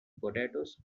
potatoes